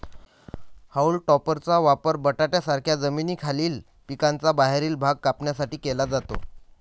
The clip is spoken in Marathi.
हाऊल टॉपरचा वापर बटाट्यांसारख्या जमिनीखालील पिकांचा बाहेरील भाग कापण्यासाठी केला जातो